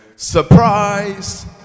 surprise